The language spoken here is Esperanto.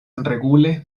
regule